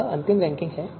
यह अंतिम रैंकिंग है